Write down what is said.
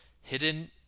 Hidden